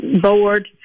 board